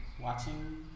Watching